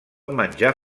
menjar